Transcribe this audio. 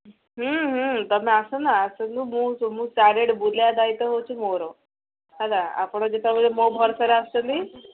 ହଁ ହଁ ତୁମେ ଆସ ନା ଆସନ୍ତୁ ମୁଁ ମୁଁ ଚାରିଆଡ଼େ ବୁଲାଇବା ଦାୟିତ୍ୱ ହେଉଛି ମୋର ହେଲା ଆପଣ ଯେତେବେଳେ ମୋ ଭରସାରେ ଆସୁଛନ୍ତି